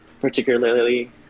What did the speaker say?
particularly